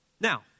Now